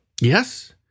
Yes